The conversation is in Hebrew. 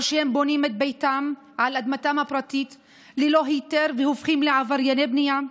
או שהם בונים את ביתם על אדמתם הפרטית ללא היתר והופכים לעברייני בנייה,